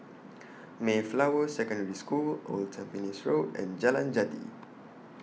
Mayflower Secondary School Old Tampines Road and Jalan Jati